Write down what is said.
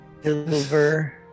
Silver